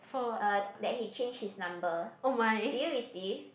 uh that he change his number did you receive